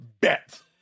Bet